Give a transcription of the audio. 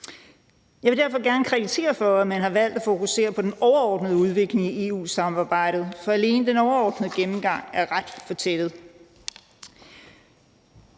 Jeg vil derfor gerne kreditere for, at man har valgt at fokusere på den overordnede udvikling i EU-samarbejdet, for alene den overordnede gennemgang er ret fortættet.